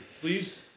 Please